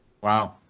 Wow